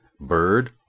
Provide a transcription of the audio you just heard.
Bird